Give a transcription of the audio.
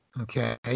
okay